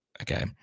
okay